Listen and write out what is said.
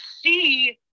see